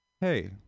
hey